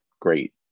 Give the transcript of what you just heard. great